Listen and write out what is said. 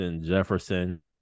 Jefferson